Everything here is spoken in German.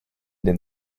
den